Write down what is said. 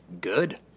good